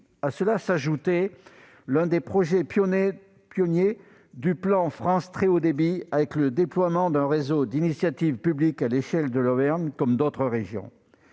À cela s'ajoutait l'un des projets pionniers du plan France Très haut débit, avec le déploiement d'un réseau d'initiative publique à l'échelle de l'Auvergne, comme d'autres régions.